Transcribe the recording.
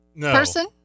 person